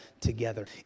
together